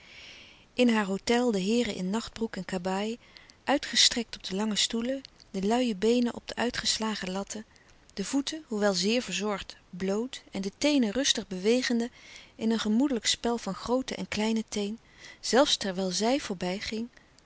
in haar hôtel de heeren in nachtbroek en kabaai uitgestrekt op de lange stoelen de luie beenen op de uitgeslagen latten de voeten hoewel zeer verzorgd bloot en louis couperus de stille kracht de teenen rustig bewegende in een gemoedelijk spel van groote en kleine teen zelfs terwijl zij